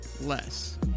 less